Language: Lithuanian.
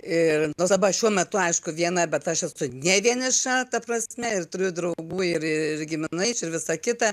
ir nors dabar šiuo metu aišku viena bet aš esu ne vieniša ta prasme ir turiu draugų ir ir giminaičių ir visa kita